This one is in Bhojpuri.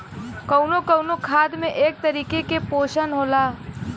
कउनो कउनो खाद में एक तरीके के पोशन होला